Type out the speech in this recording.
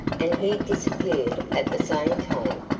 and he disappeared at the same time?